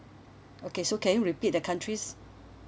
okay so can you repeat the countries